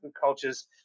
cultures